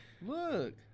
look